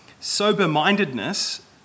Sober-mindedness